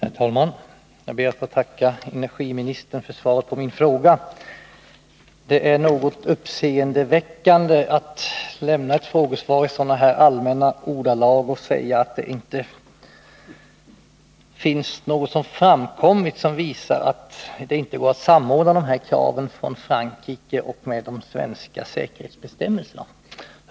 Herr talman! Jag ber att få tacka arbetsmarknadsministern för svaret på min fråga. Det är något uppseendeväckande att Ingemar Eliasson lämnar ett frågesvar i sådana här allmänna ordalag, där han säger att det inte har framkommit något som tyder på att det inte skulle gå att samordna kraven från Frankrike med de svenska säkerhetsbestämmelserna.